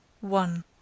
One